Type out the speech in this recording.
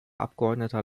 abgeordneter